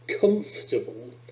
comfortable